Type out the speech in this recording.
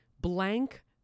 blank